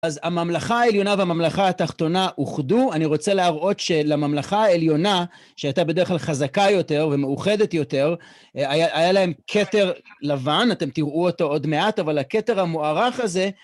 אז הממלכה העליונה והממלכה התחתונה אוחדו, אני רוצה להראות שלממלכה העליונה, שהייתה בדרך כלל חזקה יותר ומאוחדת יותר, היה להם כתר לבן, אתם תראו אותו עוד מעט, אבל הכתר המוארך הזה,